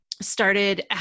started